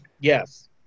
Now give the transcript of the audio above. Yes